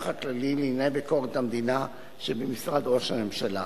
הכללי לענייני ביקורת המדינה שבמשרד ראש הממשלה.